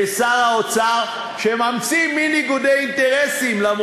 ושר האוצר שממציא מין ניגודי אינטרסים אף